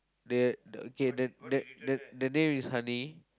the the okay the the the the name is honey